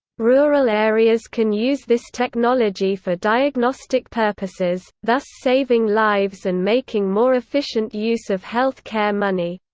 rural areas can use this technology for diagnostic purposes, thus saving lives and making more efficient use of health care money.